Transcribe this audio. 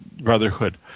Brotherhood